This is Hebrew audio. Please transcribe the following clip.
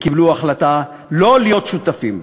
וקיבלו החלטה שלא להיות שותפים בה.